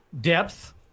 Depth